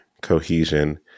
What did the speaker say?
cohesion